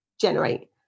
generate